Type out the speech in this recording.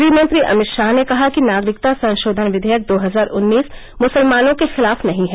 गृहमंत्री अमित शाह ने कहा कि नागरिकता संशोधन विधेयक दो हजार उन्नीस मुसलमानों के खिलाफ नहीं है